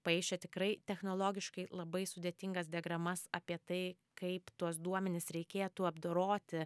paišė tikrai technologiškai labai sudėtingas diagramas apie tai kaip tuos duomenis reikėtų apdoroti